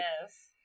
yes